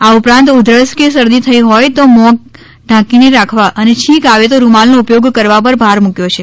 આ ઉપરાંત ઉધરસ કે શરદી થઇ હોય તો મોં ઢાંકીને રાખવા અને છીંક આવે તો રૂમાલનો ઉપયોગ કરવા પર ભાર મૂક્યો છે